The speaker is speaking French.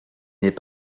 n’est